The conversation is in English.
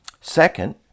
Second